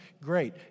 great